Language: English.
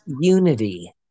unity